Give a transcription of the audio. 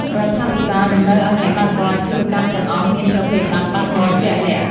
រដ្ឋាភិបាលតម្រូវឱ្យអ្នកបើកបរអាជីវកម្មទាំងអស់មានប្រភេទប័ណ្ណបើកបរជាក់លាក់។